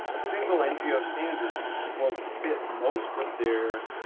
a single ngo standard will hit most of their